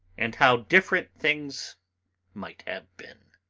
and how different things might have been.